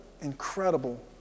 incredible